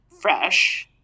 fresh